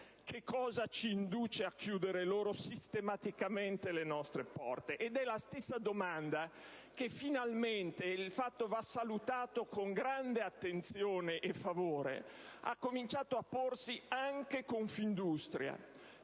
che cosa ci induce a chiudere loro sistematicamente le nostre porte. È la stessa domanda che finalmente (il fatto va salutato con grande attenzione e favore) ha cominciato a porsi anche Confindustria,